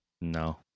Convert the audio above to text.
No